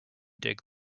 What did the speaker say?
dig